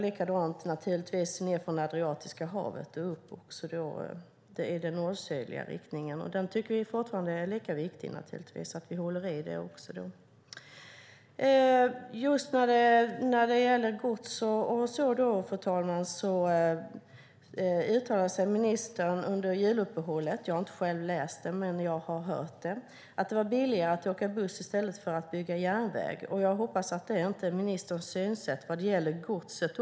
Likadant gäller från Adriatiska havet och uppåt, i den nordsydliga riktningen. Den är det fortfarande lika viktigt att vi håller i. Fru talman! Jag har inte själv läst det, men jag har hört talas om att ministern under juluppehållet uttalade att det är billigare att åka buss än att bygga järnväg. Jag hoppas att det inte är ministerns synsätt när det gäller godset.